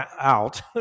out